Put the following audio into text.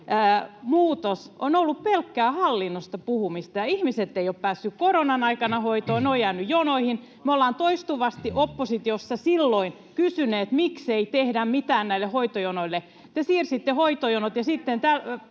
sote-muutos on ollut pelkkää hallinnosta puhumista, ja ihmiset eivät ole päässeet koronan aikana hoitoon, he ovat jääneet jonoihin. Me kysyimme toistuvasti silloin oppositiossa: miksei tehdä mitään näille hoitojonoille? Te siirsitte hoitojonot ja sitten